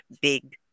big